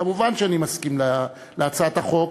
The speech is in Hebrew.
כמובן, אני מסכים להצעת החוק,